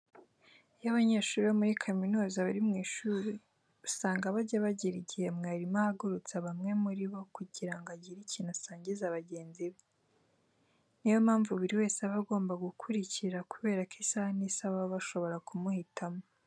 Iyo abanyeshuri bo muri kaminuza bari mu ishuri usanga bajya bagira igihe mwarimu agahagurutse bamwe muri bo kugira ngo agire ikintu asangiza bagenzi be. Niyo mpamvu buri wese aba agomba gukurikara kubera ko isaha n'isaha baba bashobora kumuhitamo.